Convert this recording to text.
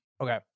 Okay